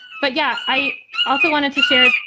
but yeah, i also wanted to share.